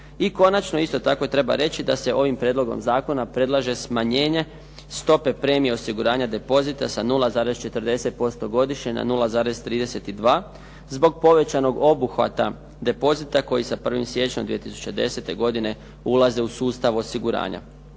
I konačno isto tako treba reći da se ovim prijedlogom zakona predlaže smanjenje stope premije osiguranja depozita sa 0,40% godišnje na 0,32 zbog povećanog obuhvata depozita koji sa 01. siječnjem 2010. godine ulaze u sustav osiguranja.